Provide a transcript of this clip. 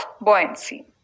buoyancy